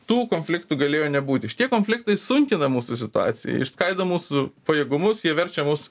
tų konfliktų galėjo nebūti šitie konfliktai sunkina mūsų situaciją išskaido mūsų pajėgumus jie verčia mus